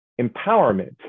empowerment